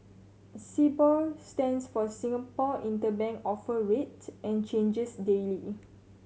Sibor stands for Singapore Interbank Offer Rate and changes daily